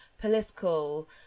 political